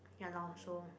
ya lor so